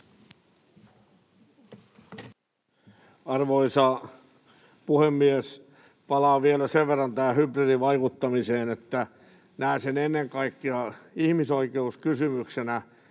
Arvoisa puhemies! Palaan vielä sen verran tähän hybridivaikuttamiseen, että näen sen ennen kaikkea ihmisoikeuskysymyksenä